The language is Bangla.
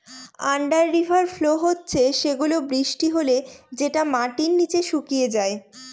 আন্ডার রিভার ফ্লো হচ্ছে সেগুলা বৃষ্টি হলে যেটা মাটির নিচে শুকিয়ে যায়